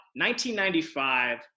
1995